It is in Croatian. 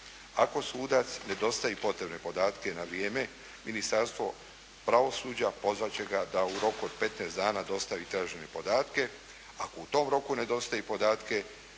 Ako sudac ne dostavi potrebne podatke na vrijeme, Ministarstvo pravosuđa pozvat će ga da u roku 15 dana dostavi tražene podatke. Ako u tom roku ne dostavi podatke